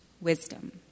Wisdom